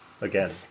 again